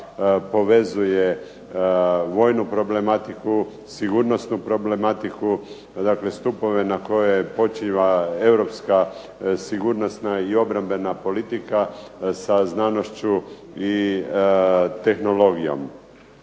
povezuje vojnu problematiku, sigurnosnu problematiku. Dakle, stupove na kojima počiva europska sigurnosna i obrambena politika sa znanošću i tehnologijom.